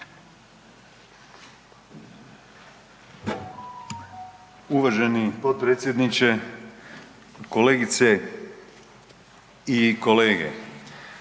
Uvaženi potpredsjedniče, kolegice i kolege,